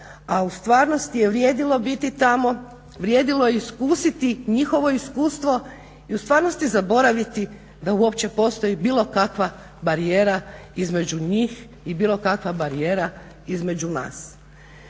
a u stvarnosti je vrijedilo biti tamo, vrijedilo je iskusiti njihovo iskustvo i u stvarnosti zaboraviti da uopće postoji bilo kakva barijera između njih i bilo kakva barijera između nas.